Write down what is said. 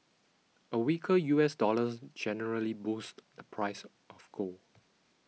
a weaker U S dollar generally boosts the price of gold